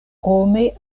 krome